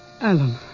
Alan